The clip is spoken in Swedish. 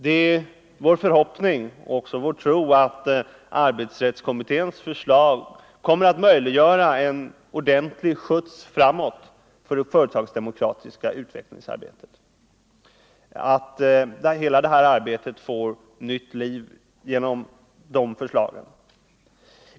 Det är vår förhoppning och vår tro att arbetsrättskommitténs förslag kommer att möjliggöra en ordentlig skjuts framåt för det företagsdemokratiska utvecklingsarbetet och att detta skall få nytt liv genom dessa förslag.